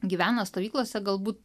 gyvena stovyklose galbūt